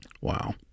Wow